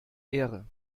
ehre